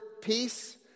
peace